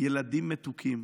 ילדים מתוקים,